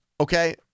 okay